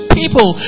people